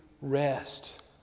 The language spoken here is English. rest